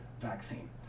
vaccine